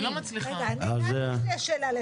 גם לי יש לי שאלה לתומר.